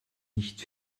nicht